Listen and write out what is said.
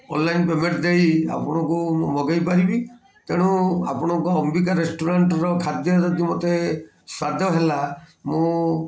online payment ଦେଇ ଆପଣଙ୍କୁ ମୁଁ ମଗାଇ ପାରିବି ତେଣୁ ଆପଣଙ୍କ ଅମ୍ବିକା ରେଷ୍ଟୁରାଣ୍ଟର ଖାଦ୍ୟ ଯଦି ମୋତେ ସ୍ଵାଦ ହେଲା ମୁଁ